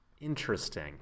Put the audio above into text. Interesting